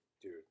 Dude